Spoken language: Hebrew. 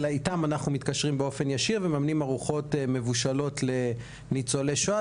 ואיתם אנחנו מתקשרים באופן ישיר וממנים ארוחות מבושלות לניצולי שואה,